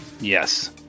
Yes